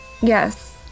yes